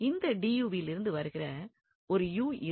இந்த வில் இருந்து வருகிற ஒரு இருக்கும்